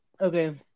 Okay